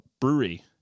brewery